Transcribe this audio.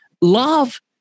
love